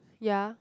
ya